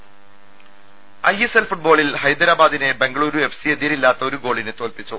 ദുദ ISL ഫുട്ബോളിൽ ഹൈദരാബാദിനെ Bengaluru F C എതിരില്ലാത്ത ഒരു ഗോളിന് തോൽപ്പിച്ചു